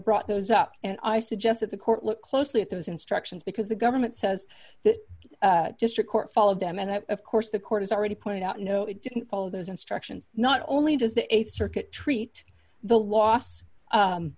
brought those up and i suggest that the court look closely at those instructions because the government says that the district court followed them and of course the court has already pointed out no it didn't follow those instructions not only does the th circuit treat the loss